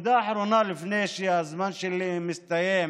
נקודה אחרונה, לפני שהזמן שלי מסתיים.